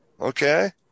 okay